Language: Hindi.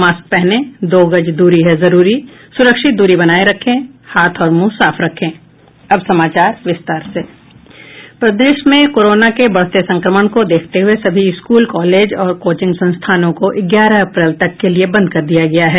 मास्क पहनें दो गज दूरी है जरूरी सुरक्षित दूरी बनाये रखें हाथ और मुंह साफ रखें प्रदेश में कोरोना के बढ़ते संक्रमण को देखते हुये सभी स्कूल कॉलेज और कोचिंग संस्थानों को ग्यारह अप्रैल तक के लिए बंद कर दिया गया है